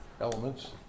elements